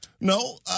No